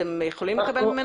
אתם יכולים לקבל ממנו?